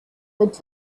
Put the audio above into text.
with